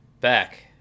back